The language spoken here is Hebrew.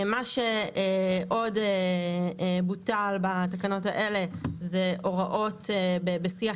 מה שעוד בוטל בתקנות האלה אלה הוראות בשיח